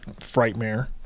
Frightmare